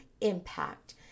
impact